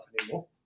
anymore